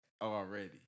already